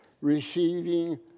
receiving